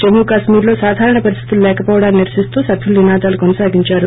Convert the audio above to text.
జమ్ము కశ్మీర్ లో సాధారణ పరిస్లితులు లేకపోవడాన్ని నిరసిస్తూ సభ్యులు నినాదాలు కొనసాగించారు